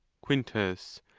quintus.